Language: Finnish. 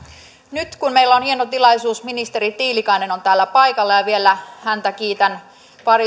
nyt kun meillä on hieno tilaisuus kun ministeri tiilikainen on täällä paikalla ja vielä häntä kiitän pariisin sopimuksen